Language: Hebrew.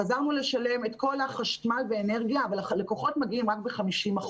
חזרנו לשלם את כל החשמל והאנרגיה אבל הלקוחות מגיעים רק ב-50%.